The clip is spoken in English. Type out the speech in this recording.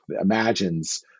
imagines